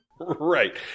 right